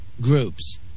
groups